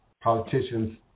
Politicians